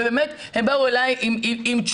ובאמת הם באו אליי עם תשובה,